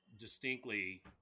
distinctly